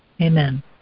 amen